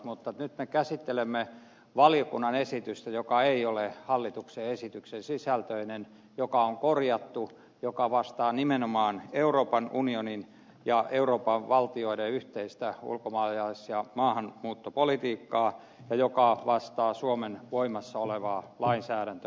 mutta nyt me käsittelemme valiokunnan esitystä joka ei ole hallituksen esityksen sisältöinen joka on korjattu joka vastaa nimenomaan euroopan unionin ja euroopan valtioiden yhteistä ulkomaalais ja maahanmuuttopolitiikkaa ja joka vastaa suomen voimassa olevaa lainsäädäntöä